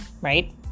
right